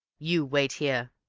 you wait here.